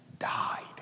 died